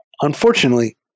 Unfortunately